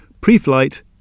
Pre-Flight